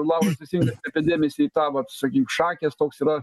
lauras teisingai apie dėmesį tą vat sakykim šakės toks yra